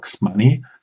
money